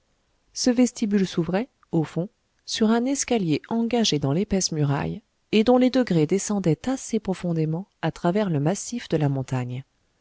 ce vestibule s'ouvrait au fond sur un escalier engagé dans l'épaisse muraille et dont les degrés descendaient assez profondément à travers le massif de la montagne